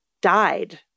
died